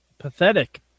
Pathetic